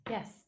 Yes